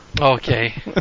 Okay